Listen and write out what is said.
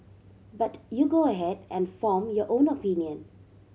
but you go ahead and form your own opinion